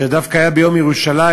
זה דווקא היה ביום ירושלים,